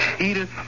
Edith